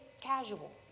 casual